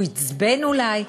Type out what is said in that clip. הוא עצבן אולי?